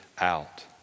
out